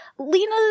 Lena